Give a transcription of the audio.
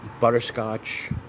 butterscotch